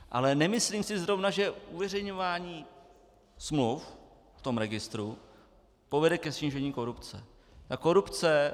Ale nemyslím si zrovna, že uveřejňování smluv v tom registru povede ke snížení korupce.